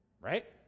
right